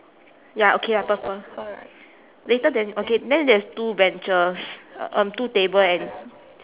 ya okay lah purple later then okay then there's two benches um two table and